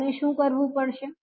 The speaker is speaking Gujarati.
તો આપણે શું કરવુ પડશે